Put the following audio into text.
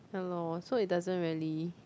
ya lor so it doesn't really